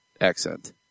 accent